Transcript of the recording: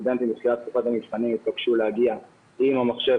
הסטודנטים בתחילת תקופת המבחנים התבקשו להגיע עם המחשב